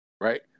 right